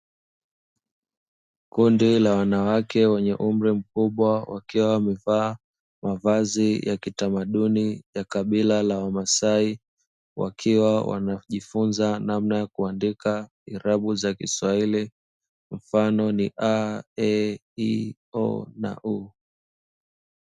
Kundi la wanawake wenye umri mkubwa, wakiwa wamevaa mavazi ya kitamaduni ya kabila la wamasai, wakiwa wanajifunza namna ya kuandika irabu za kiswahili, mfano ni: a, e, i, o na u.